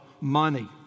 money